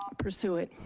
pursue it.